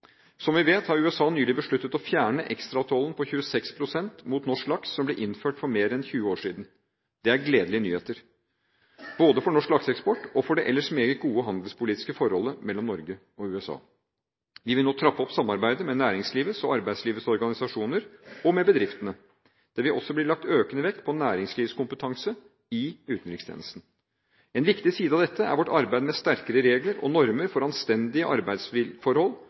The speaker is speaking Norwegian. Som vi vet, har USA nylig besluttet å fjerne ekstratollen på 26 pst. mot norsk laks, som ble innført for mer enn 20 år siden. Det er gledelige nyheter, både for norsk lakseeksport og for det ellers meget gode handelspolitiske forholdet mellom Norge og USA. Vi vil nå trappe opp samarbeidet med næringslivets og arbeidslivets organisasjoner og med bedriftene. Det vil også bli lagt økende vekt på næringslivskompetanse i utenrikstjenesten. En viktig side av dette er vårt arbeid for sterkere regler og normer for anstendige